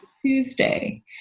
Tuesday